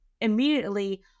immediately